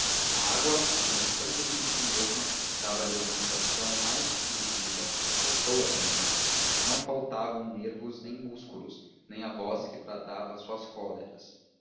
água enroscando se em si mesma dava-lhe uma sensação mais que de vida de pessoa também a que não faltavam nervos nem músculos nem a voz que bradava as suas cóleras